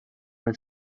els